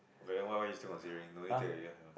then why why you still must take leave no need take already lah